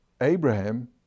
Abraham